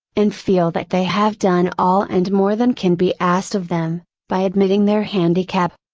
and feel that they have done all and more than can be asked of them, by admitting their handicap.